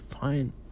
fine